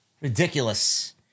Ridiculous